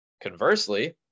Conversely